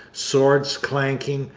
swords clanking,